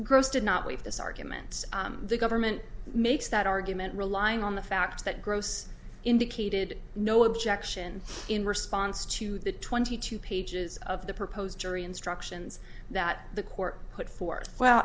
did not leave this arguments the government makes that argument relying on the fact that gross indicated no objection in response to the twenty two pages of the proposed jury instructions that the court put forth well